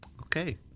Okay